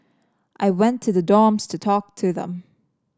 I went to the dorms to talk to them